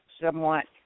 somewhat